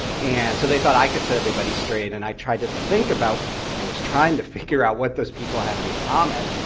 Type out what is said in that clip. and so they thought i could set everybody straight, and i tried to think. i was trying to figure out what those people had in common.